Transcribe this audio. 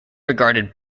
regarded